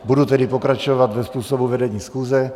Budu tedy pokračovat dle způsobu vedení schůze.